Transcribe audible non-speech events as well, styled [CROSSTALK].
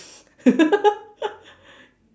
[LAUGHS]